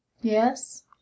yes